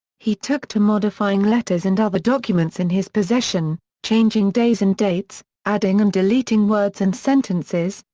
he took to modifying letters and other documents in his possession changing days and dates, adding and deleting words and sentences,